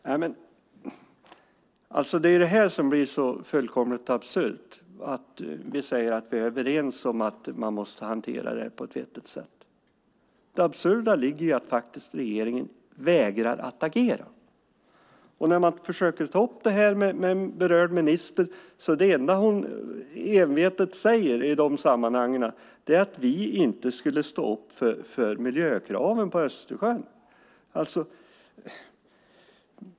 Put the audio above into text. Herr talman! Det är det här som är fullkomligt absurt: Vi säger att vi är överens om att man måste hantera det här på ett vettigt sätt. Det absurda ligger i att regeringen vägrar att agera. När man försöker ta upp det med berörd minister är det enda hon envetet säger i de sammanhangen att vi inte skulle stå upp för miljökraven i fråga om Östersjön.